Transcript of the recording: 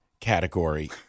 category